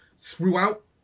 throughout